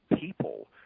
people